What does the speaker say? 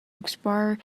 expire